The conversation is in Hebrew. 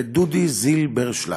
ואת דודי זילברשלג.